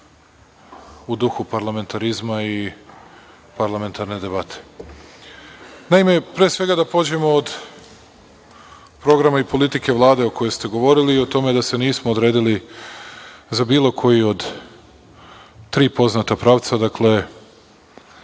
u duhu parlamentarizma i parlamentarne debate. Naime, pre svega da pođemo od programa i politike Vlade o kojoj ste govorili i o tome da se nismo odredili za bilo koji od tri poznata pravca, dakle,